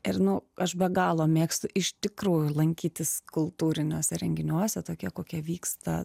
ir nu aš be galo mėgstu iš tikrųjų lankytis kultūriniuose renginiuose tokie kokie vyksta